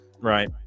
right